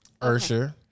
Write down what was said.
Ursher